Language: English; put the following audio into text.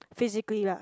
physically lah